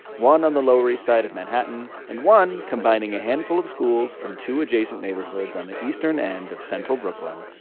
one on the lower east side of manhattan and one combining a handful of schools from two adjacent neighborhoods on the eastern end of central brooklyn,